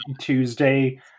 Tuesday